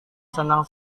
senang